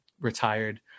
retired